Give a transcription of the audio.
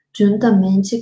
Juntamente